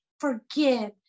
forgive